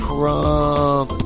Trump